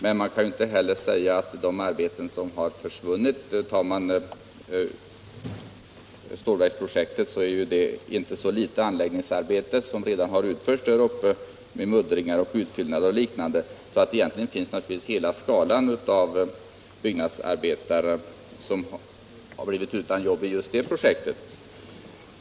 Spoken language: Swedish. Men de arbeten som försvunnit genom att stålverksprojektet lagts ned är i inte så liten utsträckning anläggningsarbeten av det slag som redan utförts där uppe med muddring, utfyllnad o. d. Egentligen har alltså byggnadsarbetare över hela skalan blivit utan jobb genom nedläggningen av projektet.